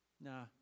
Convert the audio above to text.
Nah